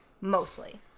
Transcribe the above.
Mostly